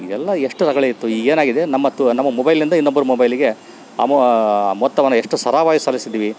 ಇದೆಲ್ಲ ಎಷ್ಟು ರಗಳೆಯಿತ್ತು ಈಗ ಏನಾಗಿದೆ ನಮ್ಮತ್ತು ನಮ್ಮ ಮೊಬೈಲ್ನಿಂದ ಇನ್ನೊಬ್ರ ಮೊಬೈಲಿಗೆ ಅಮೋ ಆ ಮೊತ್ತವನ್ನು ಎಷ್ಟು ಸರಾಗವಾಗಿ ಸಲ್ಲಿಸಿದ್ದೀವಿ